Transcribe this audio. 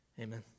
amen